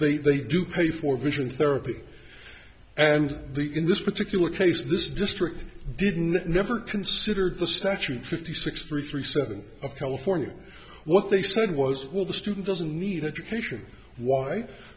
they they do pay for vision therapy and the in this particular case this district didn't never considered the statute fifty six three three seven california what they said was well the student doesn't need education w